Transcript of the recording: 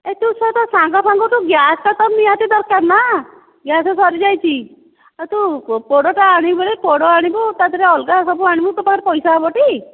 ଏ ତୁ ସେ ତୋ ସାଙ୍ଗ ଫାଙ୍ଗଠୁ ଗ୍ୟାସ୍ଟା ତ ନିହାତି ଦରକାର୍ ନା ଗ୍ୟାସ୍ ସାରିଯାଇଛି ଏ ତୁ ପୋଡ଼ଟା ଆଣିବୁ ବୋଲି ପୋଡ଼ ଆଣିବୁ ତା ଧିଅରେ ଅଲଗା ସବୁ ଆଣିବୁ ତୋ ପାଖରେ ପଇସା ହେବ ଟି